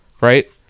right